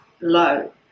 low